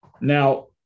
Now